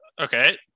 okay